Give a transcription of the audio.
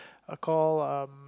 call um